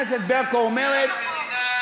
תהיה להם מדינה.